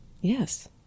Yes